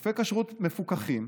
גופי כשרות מפוקחים,